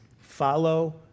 Follow